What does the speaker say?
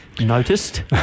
noticed